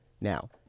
now